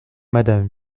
madame